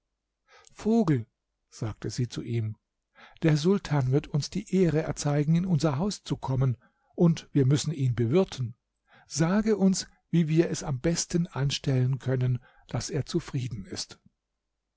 vogel sagte sie zu ihm der sultan wird uns die ehre erzeigen in unser haus zu kommen und wir müssen ihn bewirten sage uns wie wir es am besten anstellen können daß er zufrieden ist